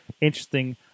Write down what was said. interesting